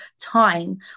time